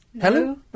Hello